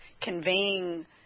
conveying